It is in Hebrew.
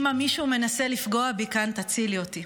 מישהו מנסה לפגוע בי כאן, תצילי אותי.